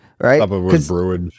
right